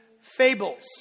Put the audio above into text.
fables